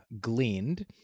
gleaned